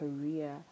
career